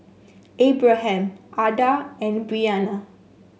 Abraham Ada and Brianna